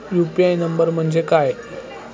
UPI number म्हणजे काय?